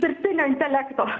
dirbtinio intelekto